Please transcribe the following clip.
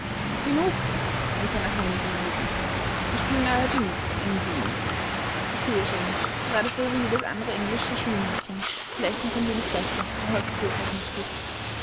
genug rief er nach wenigen minuten sie spielen allerdings ein wenig ich sehe schon gerade so wie jedes andere englische schulmädchen vielleicht noch ein wenig besser aber durchaus nicht gut